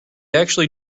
actually